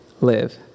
live